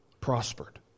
prospered